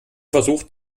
versucht